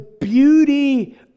beauty